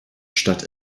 stadt